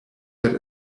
that